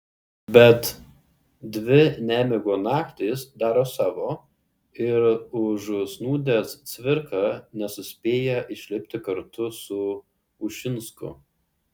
bet dvi nemigo naktys daro savo ir užsnūdęs cvirka nesuspėja išlipti kartu su ušinsku